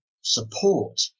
support